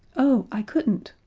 oh, i couldn't!